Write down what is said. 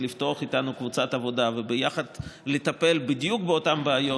לפתוח איתנו קבוצת עבודה וביחד לטפל בדיוק באותן בעיות,